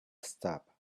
stop